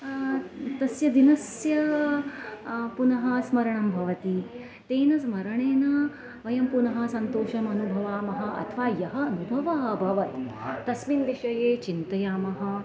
तस्य दिनस्य पुनः स्मरणं भवति तेन स्मरणेन वयं पुनः सन्तोषम् अनुभवामः अथवा यः अनुभवः अभवत् तस्मिन् विषये चिन्तयामः